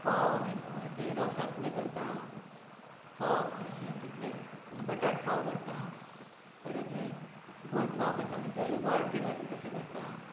फोव आमी हेजे रोसांतले करता फोव आमी हेतले बटाट फोव करता परत हे गोड फोव करता म्हणजे गोड बी घालून तशें करता